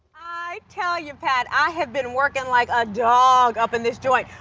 i tell you, pat, i have been working like a dog up in this joint.